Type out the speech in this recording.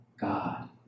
God